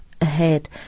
ahead